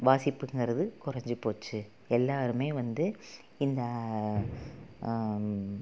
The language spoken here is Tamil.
வாசிப்புங்கறது குறைஞ்சி போச்சு எல்லோருமே வந்து இந்த